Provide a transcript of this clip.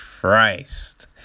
Christ